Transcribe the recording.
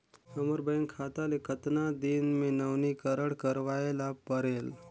हमर बैंक खाता ले कतना दिन मे नवीनीकरण करवाय ला परेल?